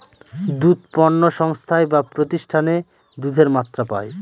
দুধ পণ্য সংস্থায় বা প্রতিষ্ঠানে দুধের মাত্রা পায়